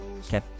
Okay